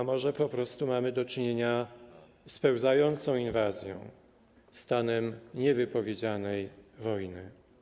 A może po prostu mamy do czynienia z pełzającą inwazją, stanem niewypowiedzianej wojny?